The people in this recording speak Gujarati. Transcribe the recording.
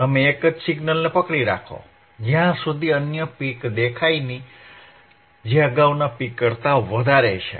તમે એક જ સિગ્નલને પકડી રાખો જ્યાં સુધી અન્ય પિક દેખાય નહીં જે અગાઉના પિક કરતા વધારે છે